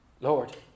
Lord